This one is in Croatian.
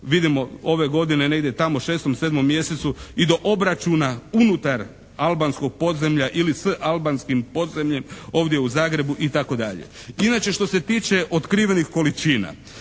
vidimo ove godine negdje tamo 6., 7. mjesecu i do obračuna unutar albanskoj podzemlja ili s albanskim podzemljem ovdje u Zagrebu itd. Inače što se tiče otkrivenih količina,